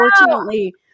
unfortunately